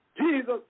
Jesus